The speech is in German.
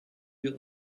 wir